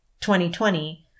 2020